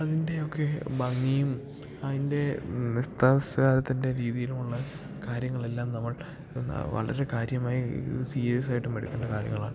അതിൻ്റെയൊക്കെ ഭംഗിയും അതിൻ്റെ നൃത്താവിഷ്കാരത്തിൻ്റെ രീതിയിലുമുള്ള കാര്യങ്ങളെല്ലാം നമ്മൾ വളരെ കാര്യമായി സീരിയസായിട്ടുമെടുക്കേണ്ട കാര്യങ്ങളാണ്